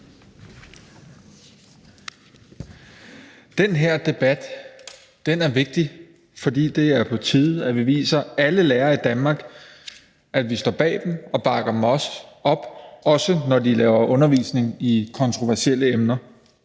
Den her debat er vigtig, fordi det er på tide, at vi viser alle lærere i Danmark, at vi står bag dem og bakker dem op, også når de laver undervisning i kontroversielle emner.